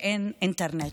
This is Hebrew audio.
שאין שם אינטרנט,